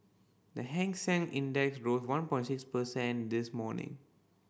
the Hang Seng Index rose one this morning